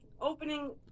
opening